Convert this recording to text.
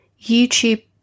youtube